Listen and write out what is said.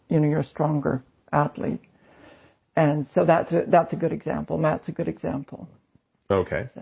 you know you're a stronger athlete and so that's ah that's a good example. matt's a good example okay.